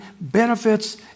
benefits